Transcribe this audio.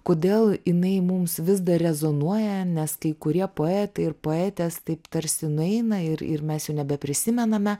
kodėl jinai mums vis dar rezonuoja nes kai kurie poetai ir poetės taip tarsi nueina ir ir mes jau nebeprisimename